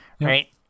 Right